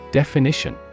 definition